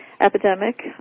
epidemic